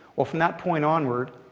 well, from that point onward,